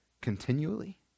Continually